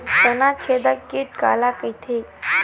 तनाछेदक कीट काला कइथे?